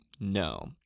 No